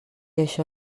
això